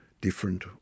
different